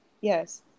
Yes